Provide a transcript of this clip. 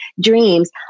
dreams